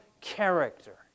character